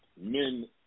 men